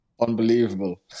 Unbelievable